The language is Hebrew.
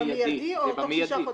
במידי או תוך שישה חודשים?